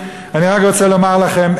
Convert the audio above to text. אני רק רוצה לומר לכם,